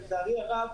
לצערי הרב,